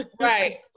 right